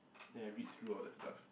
then I read through all the stuff